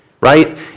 right